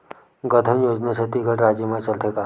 गौधन योजना छत्तीसगढ़ राज्य मा चलथे का?